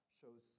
shows